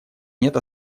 нет